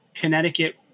Connecticut